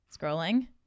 scrolling